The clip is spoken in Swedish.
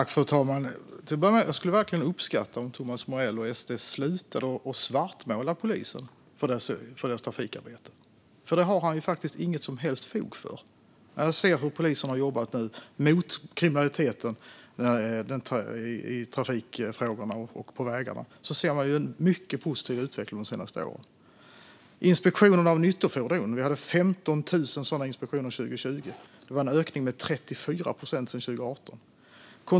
Fru talman! Jag skulle verkligen uppskatta om Thomas Morell och SD slutade svartmåla polisen för deras trafikarbete. Det finns nämligen inget som helst fog för det. Jag ser hur polisen har jobbat mot kriminaliteten i trafikfrågorna och på vägarna. Det har skett en mycket positiv utveckling de senaste åren. År 2020 gjordes 15 000 inspektioner av nyttofordon. Det var en ökning med 34 procent sedan 2018.